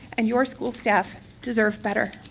and your school staff deserve better.